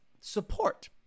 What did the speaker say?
support